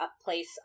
place